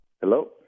Hello